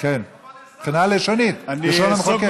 מבחינה לשונית, לשון המחוקק.